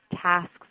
tasks